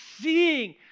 seeing